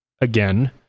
Again